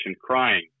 crying